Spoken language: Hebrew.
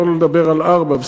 לא לדבר על ארבעה,